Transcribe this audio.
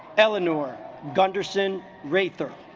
eleanor gunderson ray thir